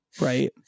Right